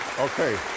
Okay